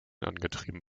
angetrieben